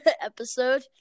episode